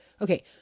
Okay